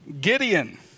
Gideon